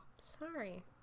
Sorry